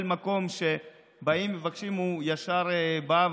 כל מקום שבאים ומבקשים הוא ישר בא,